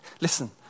Listen